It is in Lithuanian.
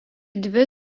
dvi